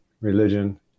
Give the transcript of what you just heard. religion